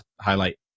highlight